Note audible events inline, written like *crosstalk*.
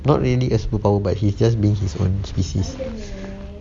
not really a superpower but he's just being his own species *breath*